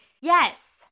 Yes